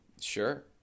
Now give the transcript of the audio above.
Sure